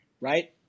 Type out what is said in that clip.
right